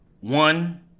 one